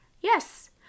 Yes